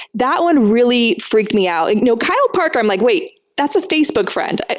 that one really freaked me out. you know kyle parker, i'm like, wait. that's a facebook friend.